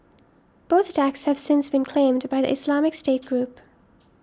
both attacks have since been claimed by the Islamic State group